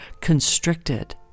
constricted